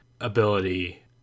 ability